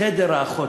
חדר האחות.